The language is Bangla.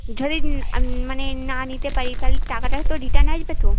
যদি মানে না নিতে পারি তাহলে টাকাটা তো রিটার্ন আসবে তো